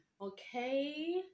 Okay